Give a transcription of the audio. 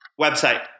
Website